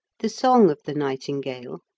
the song of the nightingale,